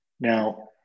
Now